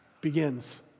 begins